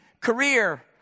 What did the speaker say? career